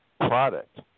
product